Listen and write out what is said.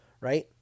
Right